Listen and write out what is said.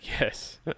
yes